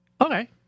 okay